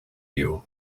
you